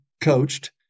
coached